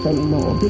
anymore